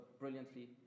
brilliantly